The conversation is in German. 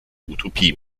utopie